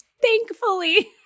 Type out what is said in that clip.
Thankfully